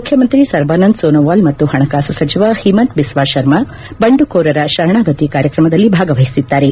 ಮುಖ್ಯಮಂತ್ರಿ ಸರ್ಬಾನಂದ್ ಸೋನೊವಾಲ್ ಮತ್ತು ಹಣಕಾಸು ಸಚಿವ ಹಿಮಂತ್ ಬಿಸ್ನಾ ಶರ್ಮ ಬಂಡುಕೋರರ ಶರಣಾಗತಿ ಕಾರ್ಯಕ್ರಮದಲ್ಲಿ ಭಾಗವಹಿಸಿದ್ದಾರೆ